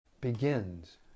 begins